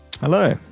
Hello